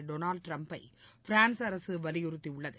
Donald டிரம்ப்பை France அரசு வலியுறுத்தியுள்ளது